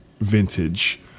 vintage